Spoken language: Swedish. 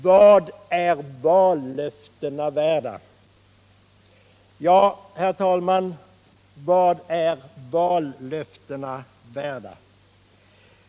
Vad är vallöften värda?” Ja, herr talman, vad är vallöftena värda?